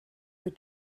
mit